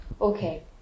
Okay